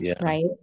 right